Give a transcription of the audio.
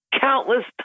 countless